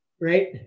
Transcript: right